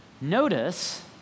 Notice